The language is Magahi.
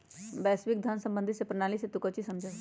वैश्विक धन सम्बंधी प्रणाली से तू काउची समझा हुँ?